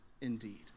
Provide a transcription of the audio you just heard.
indeed